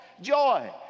joy